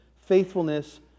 faithfulness